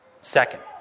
Second